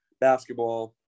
basketball